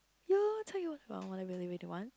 what I really really want